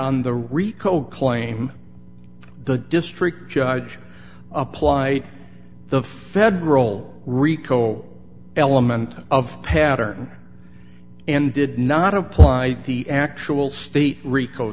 on the rico claim the district judge apply the federal rico element of pattern and did not apply the actual state rico